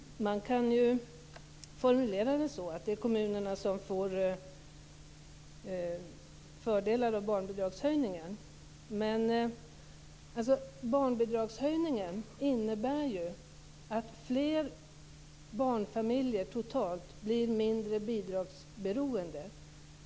Fru talman! Man kan ju formulera det så att det är kommunerna som får fördelar av barnbidragshöjningen. Men barnbidragshöjningen innebär ju att fler barnfamiljer totalt sett blir mindre bidragsberoende.